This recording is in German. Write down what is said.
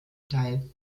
teil